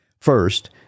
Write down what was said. first